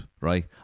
right